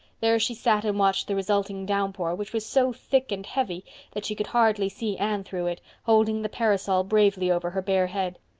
there she sat and watched the resulting downpour, which was so thick and heavy that she could hardly see anne through it, holding the parasol bravely over her bare head.